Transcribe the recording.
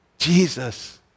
Jesus